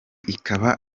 ikaba